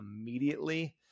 immediately